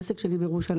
העסק שלי בירושלים.